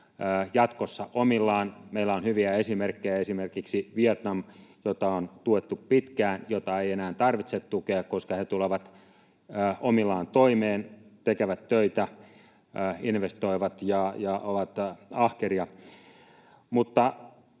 jatkossa omillaan. Meillä on hyviä esimerkkejä, esimerkiksi Vietnam, jota on tuettu pitkään, jota ei enää tarvitse tukea, koska he tulevat omillaan toimeen, tekevät töitä, investoivat ja ovat ahkeria.